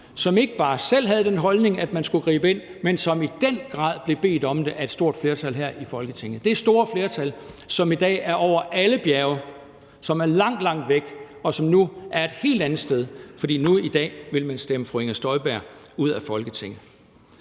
som ikke bare selv havde den holdning, at man skulle gribe ind, men som i den grad blev bedt om det af et stort flertal her i Folketinget – det store flertal, som i dag er over alle bjerge, som er langt, langt væk, og som nu er et helt andet sted, for nu vil man i dag stemme fru Inger Støjberg ud af Folketinget.